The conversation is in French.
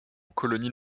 colonies